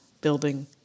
building